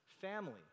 family